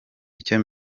icyo